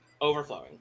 Overflowing